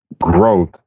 growth